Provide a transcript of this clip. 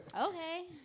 Okay